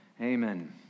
Amen